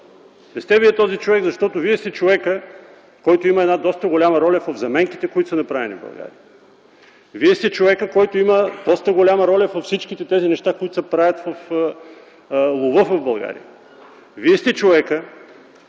Не сте Вие този човек! Защото Вие сте човекът, който има доста голяма роля в заменките, които са направени в България. Вие сте човекът, който има доста голяма роля във всичките неща, които се правят в лова в България. Вие сте човекът,